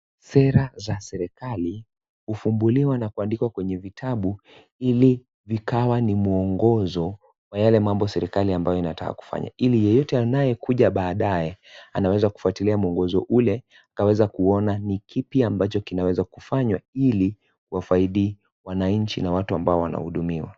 Sera za serikali hufumbuliwa na kuandikwa kwenye vitabu ili vikawa ni mwongozo wa yale mambo serikali ambayo inataka kufanya ili yeyote anaye kuja badaye anaweza kufwatilia mwongozo ule kaweza kuona ni kipi ambacho kinaweza kufanywa ili wafaindi wananchi na watu ambao wanahudumiwa.